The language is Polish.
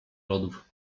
lodów